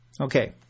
Okay